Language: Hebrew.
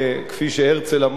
כפי שהרצל אמר,